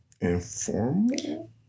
Informal